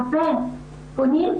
רבים פונים,